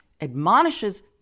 admonishes